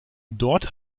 dort